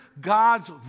God's